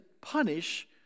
punish